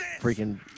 freaking